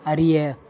அறிய